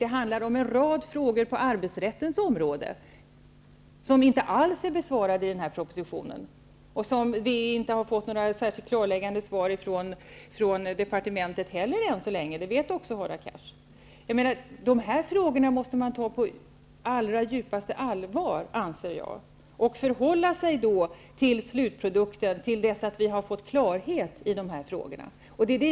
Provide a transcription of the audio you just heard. Det handlar om en rad frågor på arbetsrättens område, som inte alls är besvarade i propositionen och som inte har fått något särskilt klarläggande svar från departementen heller. Det vet också Hadar Cars. De här frågorna måste tas på djupaste allvar -- och förhålla sig till slutprodukten till dess att vi har fått klarhet i frågorna.